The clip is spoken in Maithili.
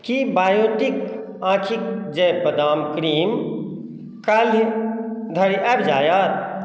कि बाओटिक आँखिके जैव बादाम क्रीम काल्हिधरि आबि जाएत